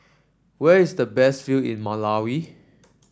where is the best view in Malawi